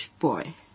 boy